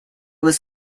was